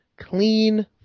clean